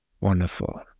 Wonderful